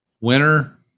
Winner